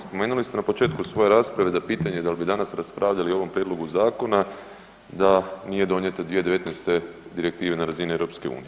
Spomenuli ste na početku svoje rasprave da pitanje da li bi danas raspravljali o ovom prijedlogu zakona da nije donijeta 2019. direktiva na razini EU.